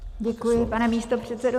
Děkuji, pane místopředsedo.